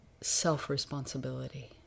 self-responsibility